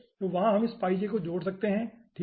तो वहाँ हम इस को जोड़ सकते हैं ठीक है